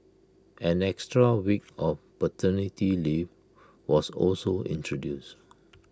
an extra week of paternity leave was also introduced